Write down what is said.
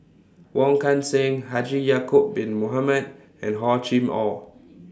Wong Kan Seng Haji Ya'Acob Bin Mohamed and Hor Chim Or